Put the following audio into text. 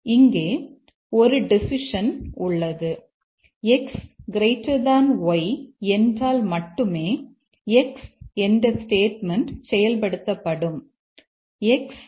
இங்கே ஒரு டெசிஷன் உள்ளது x y என்றால் மட்டுமே x என்ற ஸ்டேட்மெண்ட் செயல்படுத்தப்படும் x